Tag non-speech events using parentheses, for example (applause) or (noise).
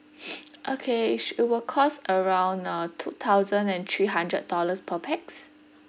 (noise) okay sh~ it will cost around uh two thousand and three hundred dollars per pax